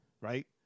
Right